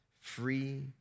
free